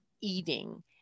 eating